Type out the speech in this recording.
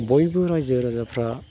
बयबो राइजो राजाफोरा